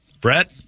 Brett